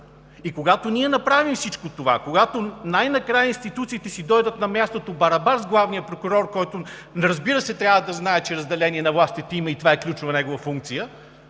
И когато ние направим всичко това, когато най-накрая институциите си дойдат на мястото барабар с главния прокурор, който, разбира се, трябва да знае, че разделение на властите има и това е ключова негова функция,